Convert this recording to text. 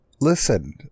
Listen